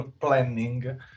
planning